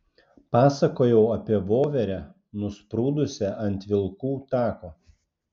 pasakojau apie voverę nusprūdusią ant vilkų tako